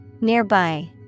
Nearby